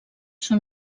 són